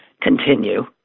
continue